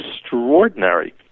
extraordinary